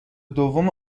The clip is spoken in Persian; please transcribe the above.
دوم